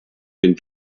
den